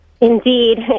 Indeed